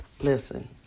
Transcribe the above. listen